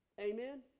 Amen